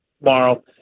tomorrow